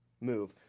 move